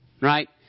right